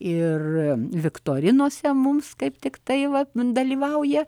ir viktorinose mums kaip tiktai vat dalyvauja